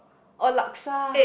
or Laksa